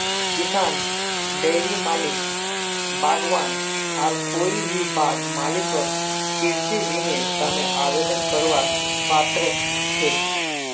किसान, डेयरी मालिक, बागवान आर कोई भी बाग मालिक कृषि ऋनेर तने आवेदन करवार पात्र छिके